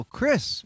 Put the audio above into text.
Chris